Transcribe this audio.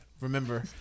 remember